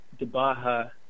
DeBaha